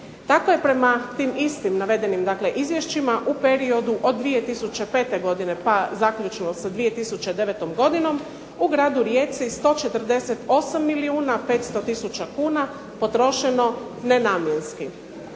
Kako je prema tim istim navedenim izvješćima u periodu od 2005. godine pa zaključno sa 2009. godinom, u gradu Rijeci 148 milijuna 500 tisuća kuna potrošne nenamjenski.